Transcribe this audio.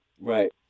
Right